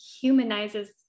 humanizes